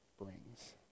brings